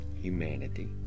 humanity